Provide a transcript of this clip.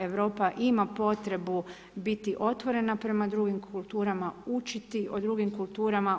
Europa ima potrebu biti otvorena prema drugim kulturama, učiti o drugim kulturama.